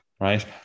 right